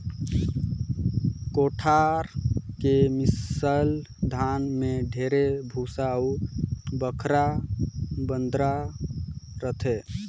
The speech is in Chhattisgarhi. कोठार के मिसल धान में ढेरे भूसा अउ खंखरा बदरा रहथे